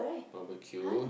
barbecue